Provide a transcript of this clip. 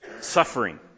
suffering